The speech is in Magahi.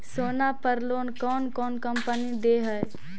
सोना पर लोन कौन कौन कंपनी दे है?